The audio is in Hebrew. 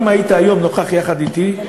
אם היית היום נוכח יחד אתי,